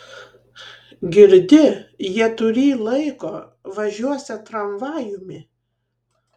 girdi jie turį laiko važiuosią tramvajumi